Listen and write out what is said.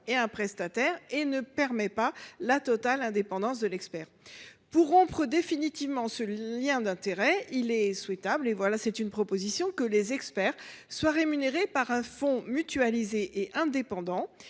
et un prestataire et n’assure pas la totale indépendance de l’expert. Pour rompre définitivement ce lien d’intérêt, il est souhaitable que les experts soient rémunérés par un fonds mutualisé et indépendant